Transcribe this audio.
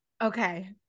Okay